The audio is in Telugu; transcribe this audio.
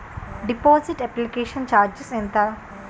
డిపాజిట్ అప్లికేషన్ చార్జిస్ ఎంత?